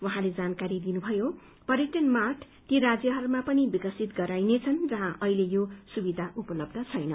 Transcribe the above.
उहाँले जानकारी दिनुभयो कि पर्यटन मार्ट ती राज्यहरूमा पनि विकसित गरिनेछ जहाँ अहिले यो सुविधा उपलब्य छैन